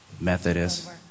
Methodist